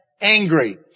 angry